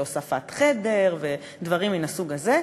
הוספת חדר ודברים מהסוג הזה,